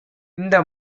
இந்த